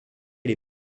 les